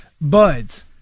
buds